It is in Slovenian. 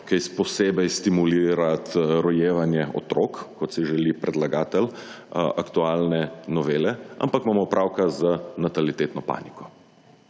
kaj posebej stimulirati rojevanje otrok kot si želi predlagatelj aktualne novele, ampak imamo opravka z natalitetno paniko.